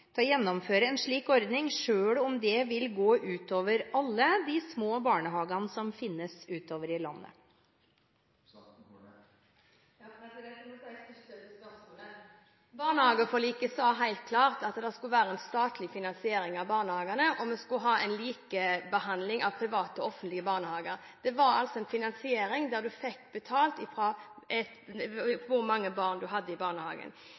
til å gjennomføre en slik ordning, selv om det vil gå ut over alle de små barnehagene som finnes utover i landet? Jeg må si at jeg stusser over spørsmålet. Barnehageforliket sa helt klart at det skulle være en statlig finansiering av barnehagene, og vi skulle ha en likebehandling av private og offentlige barnehager. Det var altså en finansiering der en fikk betalt etter hvor mange barn en hadde i barnehagen.